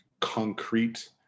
concrete